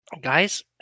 guys